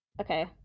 Okay